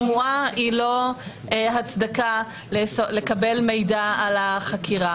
השמועה היא לא הצדקה לקבל מידע על החקירה.